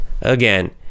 again